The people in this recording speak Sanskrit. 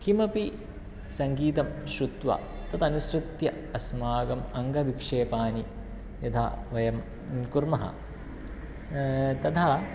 किमपि सङ्गीतं श्रुत्वा तदनुसृत्य अस्माकम् अङ्गविक्षेपानि यदा वयं कुर्मः तदा